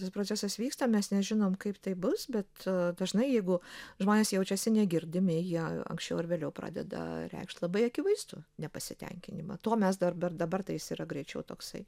šis procesas vyksta mes nežinom kaip tai bus bet dažnai jeigu žmonės jaučiasi negirdimi jie anksčiau ar vėliau pradeda reikšt labai akivaizdų nepasitenkinimą tuo mes dar bet dabar tai jis yra greičiau toksai